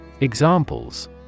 Examples